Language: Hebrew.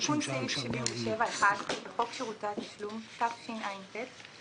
תיקון סעיף 77 1. בחוק שירותי תשלום, התשע"ט-2019,